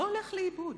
לא הולך לאיבוד.